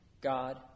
god